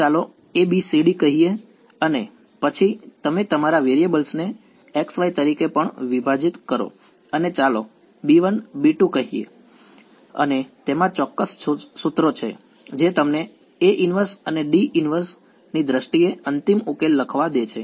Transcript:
તો ચાલો ABCD કહીએ અને પછી તમે તમારા વેરિયેબલને xy તરીકે પણ વિભાજિત કરો અને ચાલો b1 b2 કહીએ અને તેમાં ચોક્કસ સૂત્રો છે જે તમને A−1 અને D−1 ની દ્રષ્ટિએ અંતિમ ઉકેલ લખવા દે છે